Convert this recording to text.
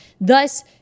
Thus